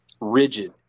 rigid